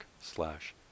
slash